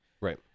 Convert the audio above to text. right